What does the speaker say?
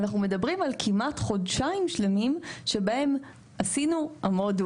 אנחנו מדברים על כמעט חודשיים שלמים שבהם עשינו עמודו